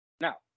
Now